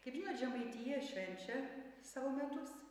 kaip žinot žemaitija švenčia savo metus